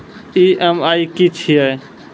EMI की छिये?